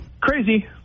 Crazy